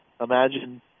imagine